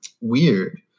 weird